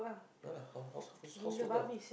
yeah lah house house house work